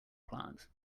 plant